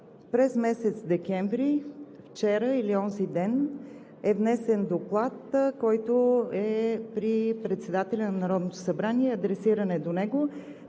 През месец декември – вчера или онзи ден, е внесен доклад, който е при председателя на Народното събрание, адресиран е до него,